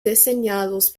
diseñados